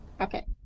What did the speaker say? okay